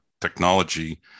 technology